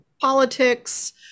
politics